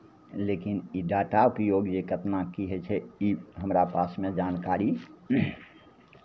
लेकिन ई डाटा उपयोग जे केतना की होइ छै ई हमरा पासमे जानकारी